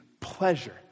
pleasure